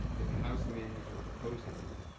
that the house managers are proposing here.